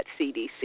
CDC